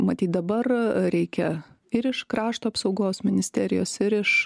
matyt dabar reikia ir iš krašto apsaugos ministerijos ir iš